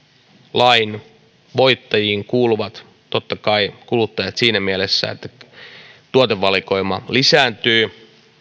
lain voittajiin kuuluvat totta kai kuluttajat siinä mielessä että tuotevalikoima lisääntyy